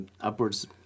upwards